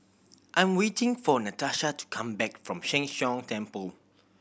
I'm waiting for Natasha to come back from Sheng Hong Temple